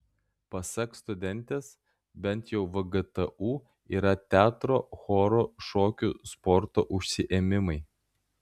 pasak studentės bent jau vgtu yra teatro choro šokių sporto užsiėmimai